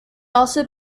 also